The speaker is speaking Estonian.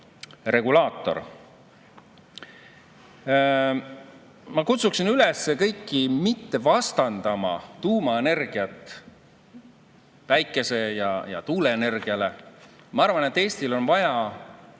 regulaator. Ma kutsuksin üles kõiki mitte vastandama tuumaenergiat päikese‑ ja tuuleenergiale. Ma arvan, et Eestil on vaja